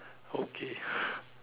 okay